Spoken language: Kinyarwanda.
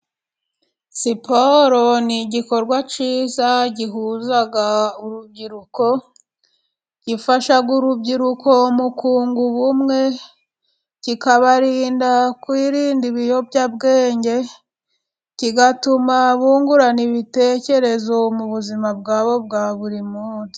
Siporo ni igikorwa cyiza gihuza urubyiruko, gifasha urubyiruko mu kunga ubumwe, kikabarinda kwirinda ibiyobyabwenge, kigatuma bungurana ibitekerezo mu buzima bwabo bwa buri munsi.